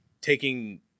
taking